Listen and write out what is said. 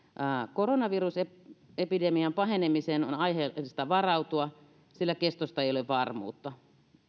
koronavirusepidemian pahenemiseen on aiheellista varautua sillä kestosta ei ole varmuutta